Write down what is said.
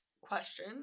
question